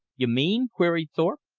you mean! queried thorpe.